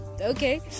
Okay